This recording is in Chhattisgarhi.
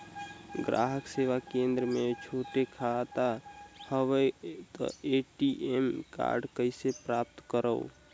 ग्राहक सेवा केंद्र मे छोटे खाता हवय त ए.टी.एम कारड कइसे प्राप्त करव?